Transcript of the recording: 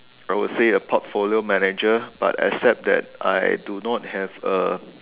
I would say a portfolio manager but except that I do not have a